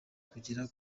kugera